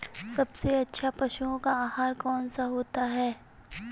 सबसे अच्छा पशुओं का आहार कौन सा होता है?